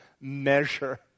measure